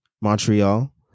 Montreal